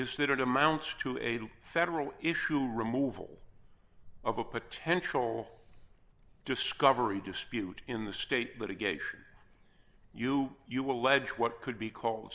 is that it amounts to a federal issue removal of a potential discovery dispute in the state litigation you you will lead to what could be called